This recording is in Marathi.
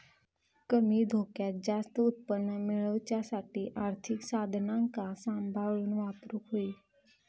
कमी धोक्यात जास्त उत्पन्न मेळवच्यासाठी आर्थिक साधनांका सांभाळून वापरूक होई